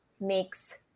makes